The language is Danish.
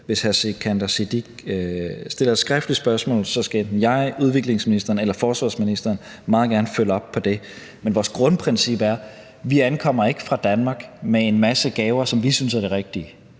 Sikandar Siddique stiller et skriftligt spørgsmål, skal enten jeg, udviklingsministeren eller forsvarsministeren meget gerne følge op på det. Men vores grundprincip er: Vi ankommer ikke fra Danmark med en masse gaver, som vi synes er de rigtige;